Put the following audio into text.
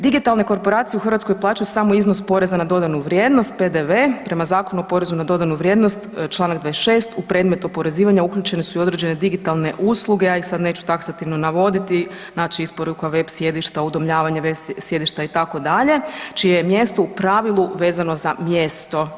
Digitalne korporacije u Hrvatskoj plaćaju samo iznos poreza na dodanu vrijednost, PDV prema Zakonu o porezu na dodanu vrijednost, čl. 26 u predmetu oporezivanja uključene su i određene digitalne usluge, ja ih sad neću taksativno navoditi, znači isporuka web sjedišta, udomljavanje sjedišta, itd., čije je mjesto, u pravilu, vezano za mjesto.